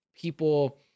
people